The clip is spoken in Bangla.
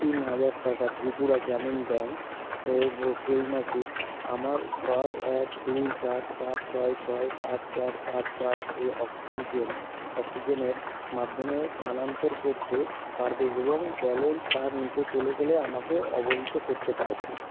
তিন হাজার টাকা ত্রিপুরা গ্রামীণ ব্যাঙ্ক এর ব ত্রৈমাসিক আমার ছয় এক দুই সাত পাঁচ ছয় ছয় পাঁচ চার পাঁচ পাঁচ এ অক্সিজেন অক্সিজেনের মাধ্যমে স্থানান্তর করতে পারবে এবং ব্যালেন্স তার নিচে চলে গেলে আমাকে অবহিত করতে পারবে